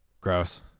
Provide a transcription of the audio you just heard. gross